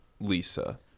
Lisa